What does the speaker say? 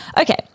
Okay